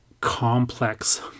complex